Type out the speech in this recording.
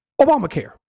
Obamacare